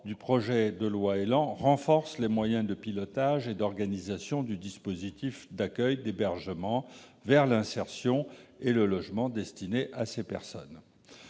du projet de loi renforce les moyens de pilotage et d'organisation du dispositif d'accueil et d'hébergement vers l'insertion et le logement destiné à ces personnes.